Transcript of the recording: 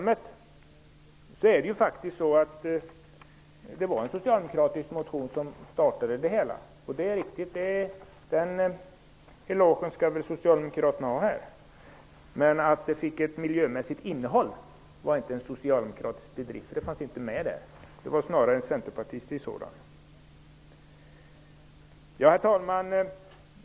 Det är riktigt att det var en socialdemokratisk motion som startade det arbete som ledde fram till ROT-programmet. Den elogen skall socialdemokraterna ha. Men att beslutet fick ett miljömässigt innehåll var inte en socialdemokratisk bedrift. Något sådant fanns inte i den socialdemokratiska motionen. Det var snarare en centerpartistisk bedrift. Herr talman!